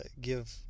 give